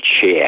chair